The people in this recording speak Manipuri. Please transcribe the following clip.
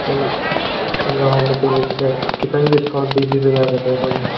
ꯈꯣꯡꯒ꯭ꯔꯥꯎ ꯑꯃ ꯇꯨꯕꯁꯤꯗ ꯈꯤꯇꯪ ꯗꯤꯁꯀꯥꯎꯟ ꯄꯤꯕꯤꯕ ꯌꯥꯒꯗ꯭ꯔꯥ